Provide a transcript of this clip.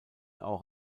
auch